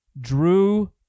Drew